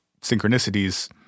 synchronicities